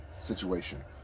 Situation